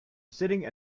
sitting